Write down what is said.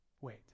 Wait